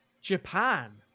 Japan